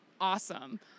awesome